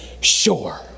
sure